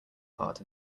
part